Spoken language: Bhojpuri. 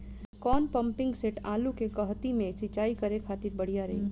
कौन पंपिंग सेट आलू के कहती मे सिचाई करे खातिर बढ़िया रही?